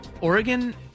Oregon